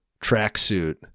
tracksuit